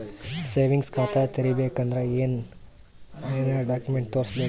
Savings ಖಾತಾ ತೇರಿಬೇಕಂದರ ಏನ್ ಏನ್ಡಾ ಕೊಮೆಂಟ ತೋರಿಸ ಬೇಕಾತದ?